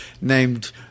named